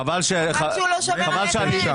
חבל שהוא לא שומר עליכם.